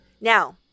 Now